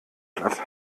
platt